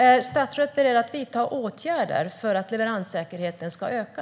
Är statsrådet beredd att vidta åtgärder för att leveranssäkerheten ska öka?